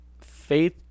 faith